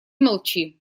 молчи